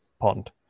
pond